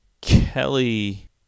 Kelly